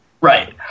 Right